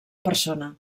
persona